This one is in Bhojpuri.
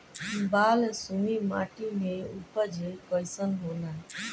बालसुमी माटी मे उपज कईसन होला?